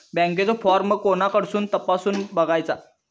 बँकेचो फार्म कोणाकडसून तपासूच बगायचा?